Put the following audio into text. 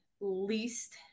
least